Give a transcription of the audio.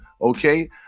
Okay